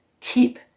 Keep